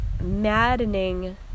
maddening